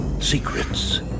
secrets